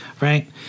right